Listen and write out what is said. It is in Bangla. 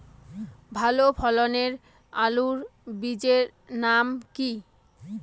ভালো ফলনের আলুর বীজের নাম কি?